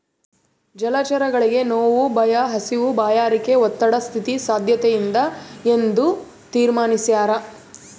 ಜಲಚರಗಳಿಗೆ ನೋವು ಭಯ ಹಸಿವು ಬಾಯಾರಿಕೆ ಒತ್ತಡ ಸ್ಥಿತಿ ಸಾದ್ಯತೆಯಿಂದ ಎಂದು ತೀರ್ಮಾನಿಸ್ಯಾರ